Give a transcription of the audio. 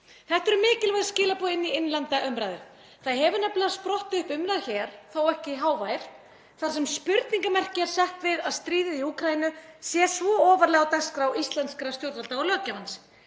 Þetta eru mikilvæg skilaboð inn í innlenda umræðu. Það hefur nefnilega sprottið upp umræða hér, þó ekki hávær, þar sem spurningarmerki hefur verið sett við að stríðið í Úkraínu sé svo ofarlega á dagskrá íslenskra stjórnvalda og löggjafans.